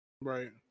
Right